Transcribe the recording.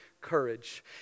courage